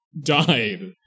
died